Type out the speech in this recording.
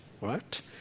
Right